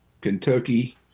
Kentucky